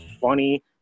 funny